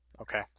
Okay